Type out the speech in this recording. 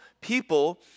people